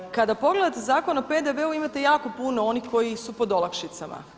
Kada pogledate Zakon o PDV-u imate jako puno onih koji su pod olakšicama.